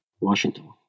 Washington